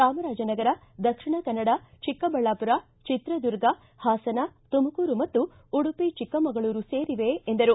ಚಾಮರಾಜನಗರ ದಕ್ಷಿಣ ಕನ್ನಡ ಚಿಕ್ಕಬಳ್ಳಾಪುರ ಚಿತ್ರದುರ್ಗ ಹಾಸನ ತುಮಕೂರು ಮತ್ತು ಉಡುಪಿ ಚಿಕ್ಕಮಗಳೂರು ಸೇರಿವೆ ಎಂದರು